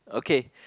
okay